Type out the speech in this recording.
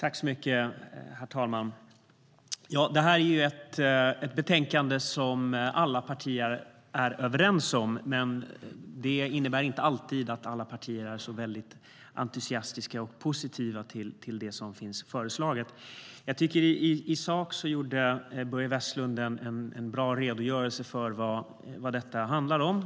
Herr talman! Detta är ett utlåtande som alla partier är överens om. Men det innebär inte alltid att alla partier är så entusiastiska och positiva till det som är föreslaget. I sak tycker jag att Börje Vestlund gjorde en bra redogörelse för vad det handlar om.